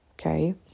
okay